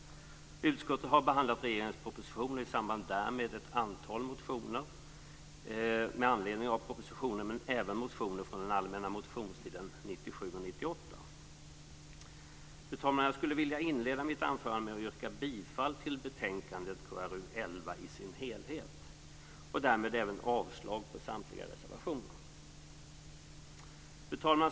Utskottet har behandlat regeringens proposition och i samband därmed ett antal motioner med anledning av propositionen och även motioner från allmänna motionstiden 1997 och 1998. Fru talman! Jag yrkar bifall till utskottets hemställan i dess helhet och därmed även avslag på samtliga reservationer.